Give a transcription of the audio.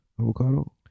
avocado